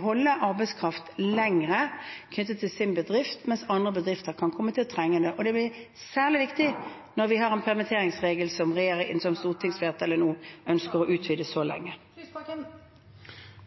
holde arbeidskraft lenger i sin bedrift, mens andre bedrifter kan komme til å trenge dem. Det blir særlig viktig når vi har en permitteringsregel som stortingsflertallet ønsker å utvide så lenge.